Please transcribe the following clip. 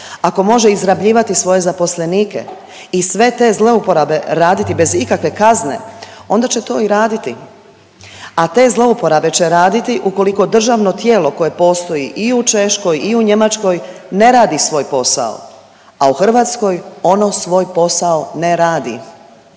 Ako može izrabljivati svoje zaposlenike i sve te zlouporabe raditi bez ikakve kazne, onda će to i raditi, a te zlouporabe će raditi ukoliko državno tijelo koje postoji i u Češkoj i u Njemačkoj ne radi svoj posao, a u Hrvatskoj ono svoj posao ne radi.